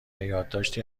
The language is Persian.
یادداشتی